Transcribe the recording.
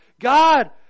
God